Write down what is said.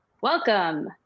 Welcome